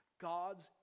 God's